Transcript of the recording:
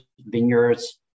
vineyards